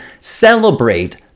celebrate